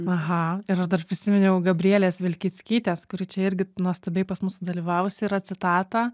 aha ir aš dar prisiminiau gabrielės vilkickytės kuri čia irgi nuostabiai pas mus sudalyvavus yra citatą